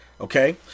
okay